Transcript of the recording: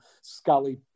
Scully